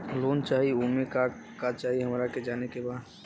Loan चाही उमे का का चाही हमरा के जाने के बा?